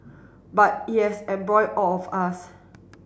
but it has embroiled all of us